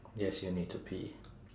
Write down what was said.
yes you need to pee